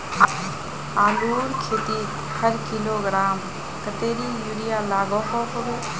आलूर खेतीत हर किलोग्राम कतेरी यूरिया लागोहो होबे?